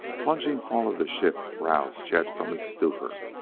plunging fall of the ship roused chet from his stupor.